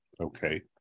okay